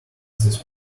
this